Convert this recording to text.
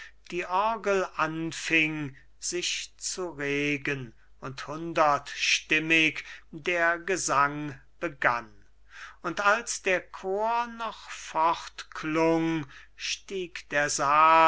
die orgel anfing sich zu regen und hundertstimmig der gesang begann und als der chor noch fortklung stieg der sarg